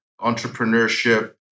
entrepreneurship